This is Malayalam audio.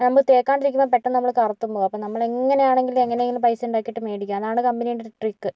നമ്മൾ തേക്കാണ്ടിരിക്കുമ്പോൾ പെട്ടെന്ന് നമ്മള് കറുത്തും പോകും അപ്പോൾ നമ്മള് എങ്ങനെയാണെങ്കിലും എങ്ങനേലും പൈസ ഉണ്ടാക്കീട്ട് മേടിക്കും അതാണ് കമ്പനിയുടെ ഒരു ട്രിക്ക്